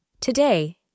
today